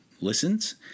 listens